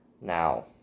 Now